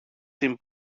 την